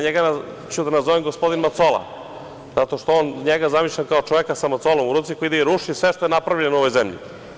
Njega ću da nazovem – gospodin macola, zato što njega zamišljam kao čoveka sa macolom u ruci koji ide i ruši sve što je napravljeno u ovoj zemlji.